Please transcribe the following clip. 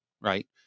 right